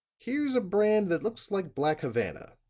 here's a brand that looks like black havana,